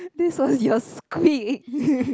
this was your squeak